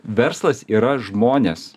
verslas yra žmonės